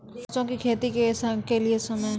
सरसों की खेती के लिए समय?